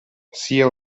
sia